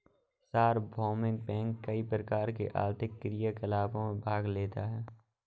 सार्वभौमिक बैंक कई प्रकार के आर्थिक क्रियाकलापों में भाग लेता है